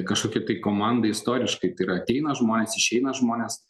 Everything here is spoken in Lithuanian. kažkokia tai komanda istoriškai tai yra ateina žmonės išeina žmonės